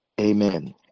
Amen